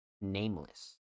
Nameless